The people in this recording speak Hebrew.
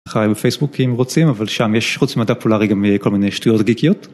חיי בפייסבוק אם רוצים אבל שם יש חוץ מדע פולארי גם כל מיני שטויות גיקיות.